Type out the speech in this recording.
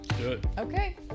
Okay